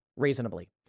reasonably